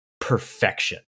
perfection